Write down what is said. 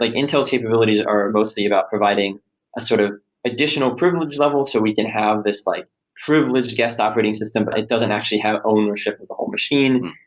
like intel's capabilities are mostly about providing a sort of additional privilege level so we can have this like privileged guest operating system, but it doesn't actually have ownership of whole machine.